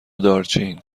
دارچین